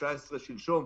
19 שלשום,